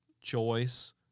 choice